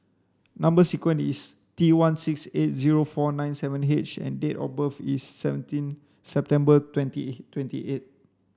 number sequence is T one six eight zero four nine seven H and date of birth is seventeen September twenty twenty eight